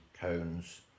cones